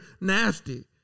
nasty